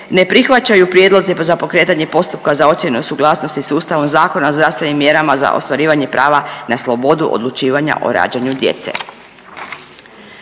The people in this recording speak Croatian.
ne prihvaćaju prijedlozi za pokretanje postupka za ocjenu suglasnosti sa Ustavom, Zakonom o zdravstvenim mjerama za ostvarivanje prava na slobodu odlučivanja o rađanju djece.